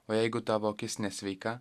o jeigu tavo akis nesveika